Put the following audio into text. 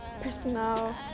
personal